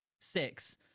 six